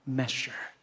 measure